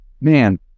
man